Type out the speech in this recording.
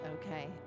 Okay